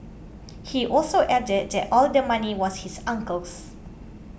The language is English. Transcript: he also added that all the money was his uncle's